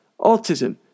autism